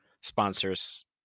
sponsors